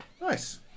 nice